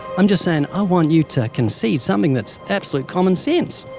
i'm just saying i want you to concede something that's absolutely common sense.